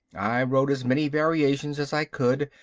i wrote as many variations as i could,